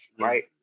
right